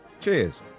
Cheers